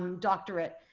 um doctorate.